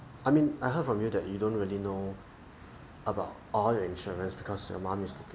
I mean I heard from you that you don't really know about all your insurance because your mum use to